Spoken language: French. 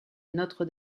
notre